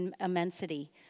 immensity